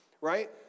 right